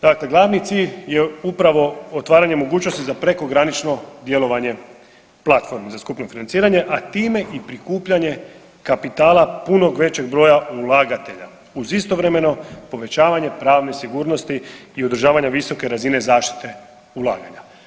Dakle, glavni cilj je upravo otvaranje mogućnosti za prekogranično djelovanje platformi za skupno financiranje, a time i prikupljanje kapitala puno većeg broja ulagatelja uz istovremeno povećavanje pravne sigurnosti i održavanja visoke razine zaštite ulaganja.